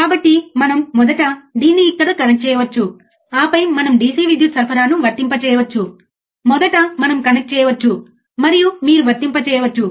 కాబట్టి ప్రయోగాలు నిజంగా ఖరీదైనవి లేదా మీ ఇంటిలో ఎక్కువ స్థలాన్ని తీసుకునే వాటిని వినియోగించవద్దు